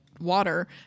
water